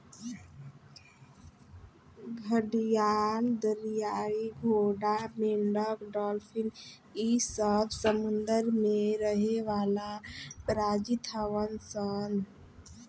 घड़ियाल, दरियाई घोड़ा, मेंढक डालफिन इ सब समुंद्र में रहे वाला प्रजाति हवन सन